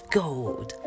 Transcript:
gold